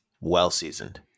well-seasoned